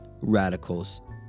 radicals